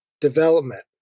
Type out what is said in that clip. development